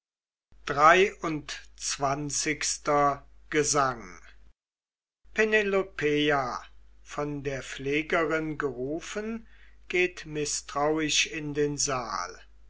xxiii gesang penelopeia von der pflegerin gerufen geht mißtrauisch in den saal